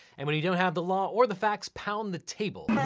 and when you don't have the law or the facts, pound the table.